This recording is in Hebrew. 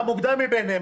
"המוקדם מביניהם".